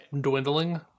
dwindling